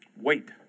wait